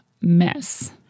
mess